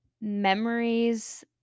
memories